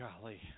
golly